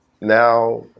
Now